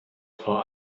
vor